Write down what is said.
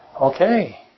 Okay